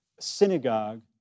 synagogue